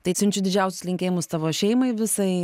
tai siunčiu didžiausius linkėjimus tavo šeimai visai ir